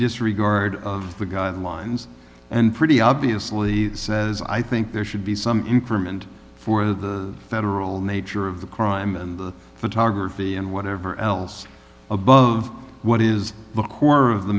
disregard of the guidelines and pretty obviously says i think there should be some increment for the federal nature of the crime and the photography and whatever else above what is the core of the